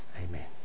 Amen